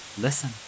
Listen